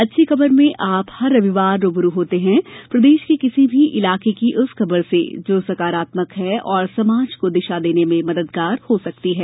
अच्छी खबर में आप हर रविवार रूबरू होते हैं प्रदेश के किसी भी इलाके की उस खबर से जो सकारात्मक है और समाज को दिशा देने में मददगार हो सकती है